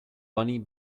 bunny